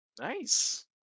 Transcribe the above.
nice